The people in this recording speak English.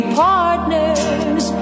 partners